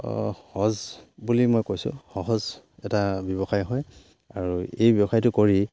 সহজ বুলি মই কৈছোঁ সহজ এটা ব্যৱসায় হয় আৰু এই ব্যৱসায়টো কৰি